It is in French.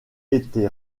été